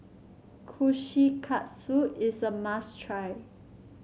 kushikatsu is a must try